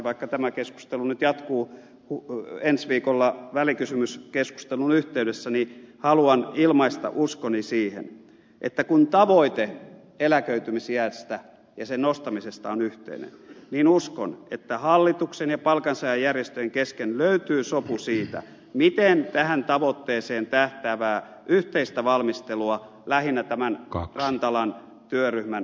vaikka tämä keskustelu nyt jatkuu ensi viikolla välikysymyskeskustelun yhteydessä niin haluan ilmaista uskoni siihen että kun tavoite eläköitymisiästä ja sen nostamisesta on yhteinen hallituksen ja palkansaajajärjestöjen kesken löytyy sopu siitä miten tähän tavoitteeseen tähtäävää yhteistä valmistelua lähinnä tämän kaksi talant työryhmän